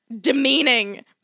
demeaning